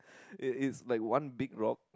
it is like one big rock